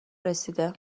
رسیده